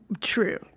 true